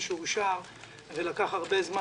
שאושר ולקח הרבה זמן.